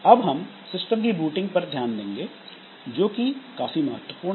अब हम सिस्टम की बूटिंग पर ध्यान देंगे जोकि काफी महत्वपूर्ण है